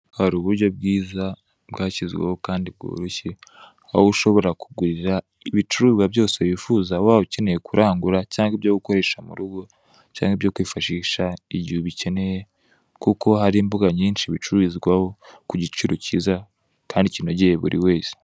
Hari uburyo bwiza bwashyizweho kandi bworoshye, aho ushobora kugurira ibicuruzwa byose wifuza, waba ukeneye kurangura cyangwa ibyo gukoresha mu rugo cyangwa ibyo kwifashisha igihe ubikeneye kuko hari imbuga nyinshi bicururizwaho ku giciro cyiza kandi kinogeye buri wese.